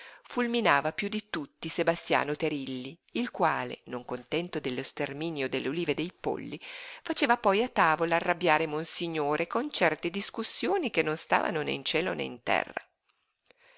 caccia fulminava piú di tutti sebastiano terilli il quale non contento dello sterminio delle ulive e dei polli faceva poi a tavola arrabbiare monsignore con certe discussioni che non stavano né in cielo né in terra